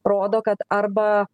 rodo kad arba